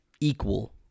equal